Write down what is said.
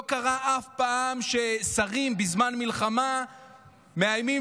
לא קרה אף פעם שבזמן מלחמה שרים מאיימים